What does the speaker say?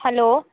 hello